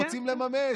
רוצים לממש.